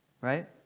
Right